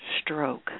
Stroke